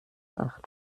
acht